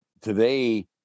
today